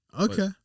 Okay